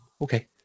Okay